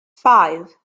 five